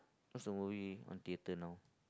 what's the movie on theater now